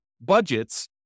budgets